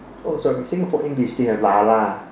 oh sorry Singapore English they have la la